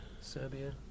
Serbia